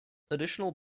additional